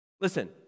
Listen